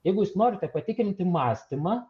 jeigu jūs norite patikrinti mąstymą